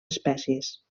espècies